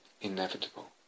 inevitable